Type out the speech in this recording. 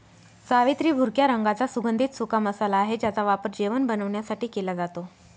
जावेत्री भुरक्या रंगाचा सुगंधित सुका मसाला आहे ज्याचा वापर जेवण बनवण्यासाठी केला जातो